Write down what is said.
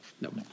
no